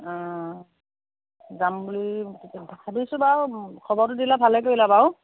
অঁ যাম বুলি ভাবিছোঁ বাৰু খবৰটো দিলা ভালেই কৰিলা বাৰু